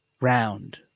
round